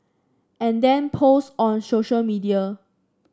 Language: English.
and then post on social media